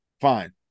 Fine